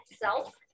self